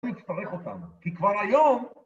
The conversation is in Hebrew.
תצטרך אותם כי כבר היום...